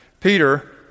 Peter